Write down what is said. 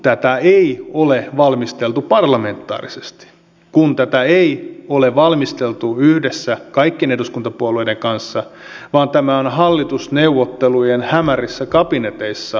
tätä ei ole valmisteltu parlamentaarisesti tätä ei ole valmisteltu yhdessä kaikkien eduskuntapuolueiden kanssa vaan tämä on hallitusneuvottelujen hämärissä kabineteissa vain sovittu